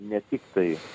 ne tiktai